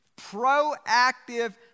proactive